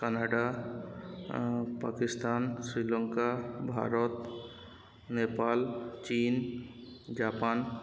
Canada Pakistan Sri Lanka Bharat Nepal ଚୀନ Japan